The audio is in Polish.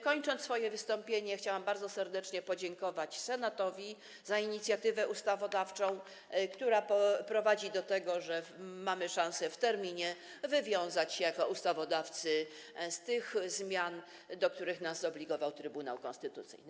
Kończąc swoje wystąpienie, chciałam bardzo serdecznie podziękować Senatowi za inicjatywę ustawodawczą, która poprowadzi do tego, że mamy szansę w terminie wywiązać się jako ustawodawcy z tych zmian, do których nas zobligował Trybunał Konstytucyjny.